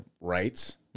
rights